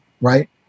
right